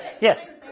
yes